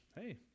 hey